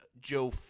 Joe